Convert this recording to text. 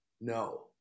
No